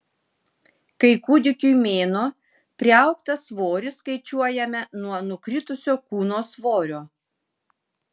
kai kūdikiui mėnuo priaugtą svorį skaičiuojame nuo nukritusio kūno svorio